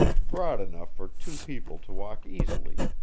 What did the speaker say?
broad enough for two people to walk easily,